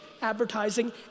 advertising